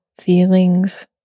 feelings